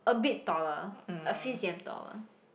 a bit taller a few C_M taller